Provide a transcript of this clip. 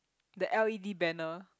the l_e_d banner